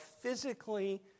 physically